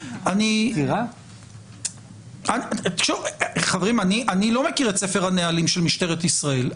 אני לא מכיר את ספר הנהלים של משטרת ישראל.